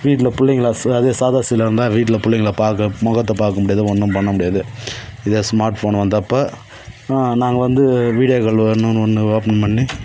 வீட்டில் பிள்ளைங்களா அதே சாதா செல்லாக இருந்தால் வீட்டில் பிள்ளைங்கள பார்க்க முகத்த பார்க்க முடியாது ஒன்றும் பண்ண முடியாது இதே ஸ்மார்ட் ஃபோன் வந்தப்போ நாங்கள் வந்து வீடியோ காலு வரணும்னு ஒன்று ஓப்பன் பண்ணி